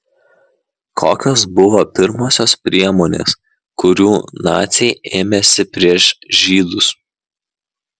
kokios buvo pirmosios priemonės kurių naciai ėmėsi prieš žydus